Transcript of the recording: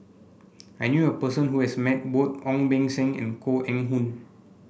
I knew a person who has met both Ong Beng Seng and Koh Eng Hoon